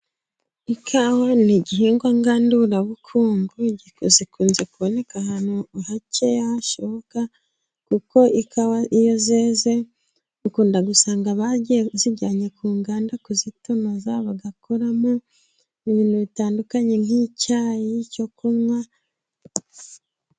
Ikawa ni igihingwa ngandurabukungu, zikunze kuboneka ahantu hake hashoboka kuko ikawa iyo zeze ukunda gusanga abagiye bazijyanye ku nganda kuzitonoza bagakuramo ibintu bitandukanye nk'icyayi cyo kunywa.